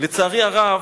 לצערי הרב,